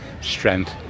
strength